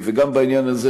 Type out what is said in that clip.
וגם בעניין הזה,